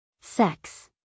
Sex